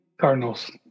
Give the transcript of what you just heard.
Cardinals